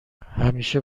همیشه